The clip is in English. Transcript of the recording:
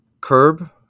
curb